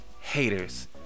haters